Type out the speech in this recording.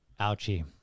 Ouchie